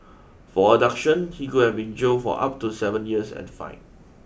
for abduction he could have been jailed for up to seven years and fined